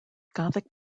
gothic